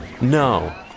No